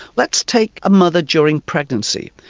let's take a mother during pregnancy,